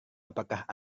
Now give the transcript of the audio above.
apakah